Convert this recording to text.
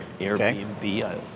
Airbnb